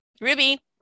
Ruby